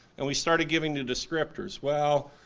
and we started giving the descriptors, well,